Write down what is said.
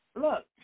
look